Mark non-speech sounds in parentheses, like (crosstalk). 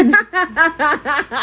(laughs)